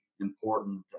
important